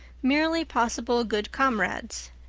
merely possible good comrades.